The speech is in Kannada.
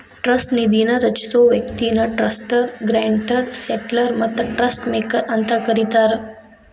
ಟ್ರಸ್ಟ್ ನಿಧಿನ ರಚಿಸೊ ವ್ಯಕ್ತಿನ ಟ್ರಸ್ಟರ್ ಗ್ರಾಂಟರ್ ಸೆಟ್ಲರ್ ಮತ್ತ ಟ್ರಸ್ಟ್ ಮೇಕರ್ ಅಂತ ಕರಿತಾರ